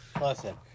listen